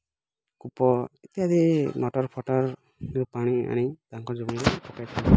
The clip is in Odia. କୂପ ଇତ୍ୟାଦି ମଟର୍ଫଟର୍ରୁ ପାଣି ଆଣି ତାଙ୍କ ଜମିରେ ପକେଇ ଥାଏ